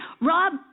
Rob